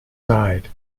side